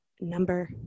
number